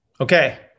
okay